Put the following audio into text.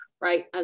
right